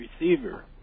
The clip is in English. receiver